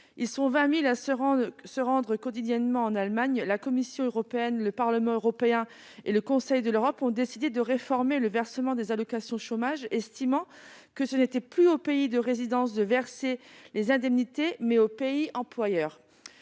Ils sont 20 000 à se rendre quotidiennement en Allemagne. La Commission européenne, le Parlement européen et le Conseil de l'Europe ont décidé de réformer le versement des allocations chômage, estimant qu'il revenait non plus au pays de résidence de verser les indemnités, mais au pays employeur.